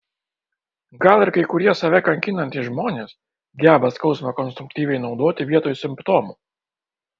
gal ir kai kurie save kankinantys žmonės geba skausmą konstruktyviai naudoti vietoj simptomų